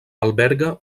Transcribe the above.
alberga